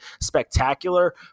spectacular